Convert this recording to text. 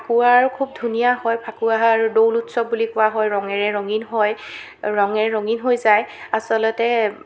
ফাকুৱাৰ খুব ধুনীয়া হয় ফাকুৱাৰ দৌল উৎসৱ বুলি কোৱা হয় ৰঙেৰে ৰঙীণ হয় ৰঙে ৰঙীণ হৈ যায় আচলতে